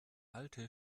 alte